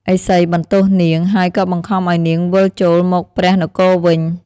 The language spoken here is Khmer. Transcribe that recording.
ឥសីបន្ទោសនាង ហើយក៏បង្ខំឱ្យនាងវិលចូលមកព្រះនគរវិញ។